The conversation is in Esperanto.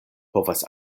povas